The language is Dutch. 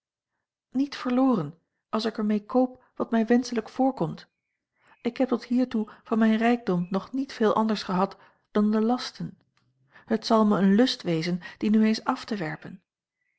niet verloren als ik er mee koop wat mij wenschelijk voorkomt ik heb tot hiertoe van mijn rijkdom nog niet veel anders gehad dan de lasten het zal mij een lust wezen die nu eens af te werpen